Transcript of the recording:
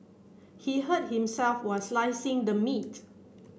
he hurt himself while slicing the meat